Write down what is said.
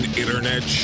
internet